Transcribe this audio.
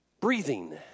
Breathing